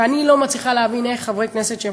ואני לא מצליחה להבין איך חברי כנסת שהם